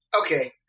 Okay